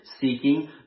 seeking